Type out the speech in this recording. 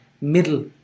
middle